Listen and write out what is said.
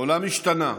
העולם השתנה,